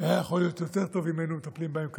היה יכול להיות יותר טוב אם היינו מטפלים בהם כראוי,